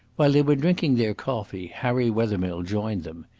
while they were drinking their coffee harry wethermill joined them.